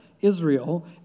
Israel